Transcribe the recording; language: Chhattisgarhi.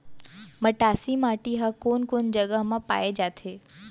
मटासी माटी हा कोन कोन जगह मा पाये जाथे?